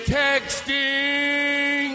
texting